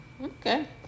Okay